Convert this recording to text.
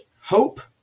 hope